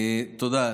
תודה.